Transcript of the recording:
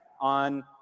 on